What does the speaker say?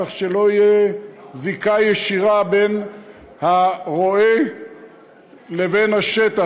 כך שלא תהיה זיקה ישירה בין הרועה לבין השטח,